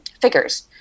figures